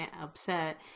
upset